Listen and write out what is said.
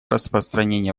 распространение